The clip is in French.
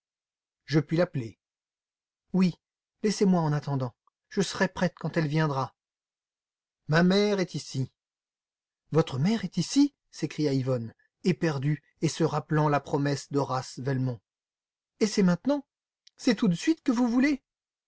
je puis l'appeler oui laissez-moi en attendant je serai prête quand elle viendra ma mère est ici votre mère est ici s'écria yvonne éperdue et se rappelant la promesse d'horace velmont qu'y a-t-il d'étonnant et c'est maintenant c'est tout de suite que vous voulez